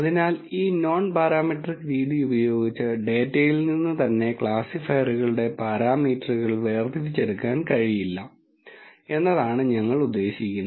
അതിനാൽ ഈ non parametric രീതി ഉപയോഗിച്ച് ഡാറ്റയിൽ നിന്ന് തന്നെ ക്ലാസിഫയറുകളുടെ പാരാമീറ്ററുകൾ വേർതിരിച്ചെടുക്കാൻ കഴിയില്ല എന്നതാണ് ഞങ്ങൾ ഉദ്ദേശിക്കുന്നത്